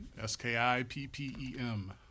S-K-I-P-P-E-M